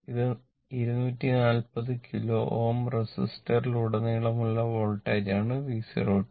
ഇത് 240 കിലോ Ω റെസിസ്റ്ററിലുടനീളമുള്ള വോൾട്ടേജാണ് V0